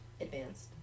advanced